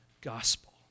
gospel